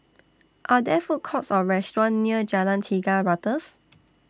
Are There Food Courts Or restaurants near Jalan Tiga Ratus